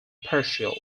partial